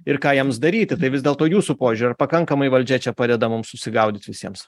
ir ką jiems daryti tai vis dėlto jūsų požiūriu ar pakankamai valdžia čia padeda mums susigaudyt visiems